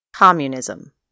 Communism